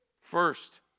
First